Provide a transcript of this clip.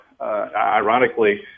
ironically